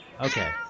Okay